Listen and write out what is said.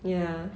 ya